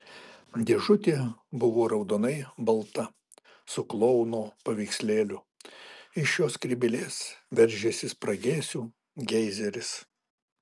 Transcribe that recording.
dėžutė buvo raudonai balta su klouno paveikslėliu iš jo skrybėlės veržėsi spragėsių geizeris